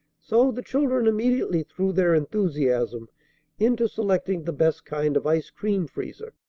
so the children immediately threw their enthusiasm into selecting the best kind of ice-cream freezer.